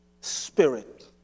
spirit